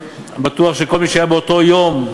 בטוח שכל מי שהיה באותו יום,